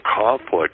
conflict